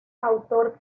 autor